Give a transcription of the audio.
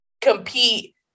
compete